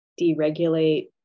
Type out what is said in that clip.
deregulate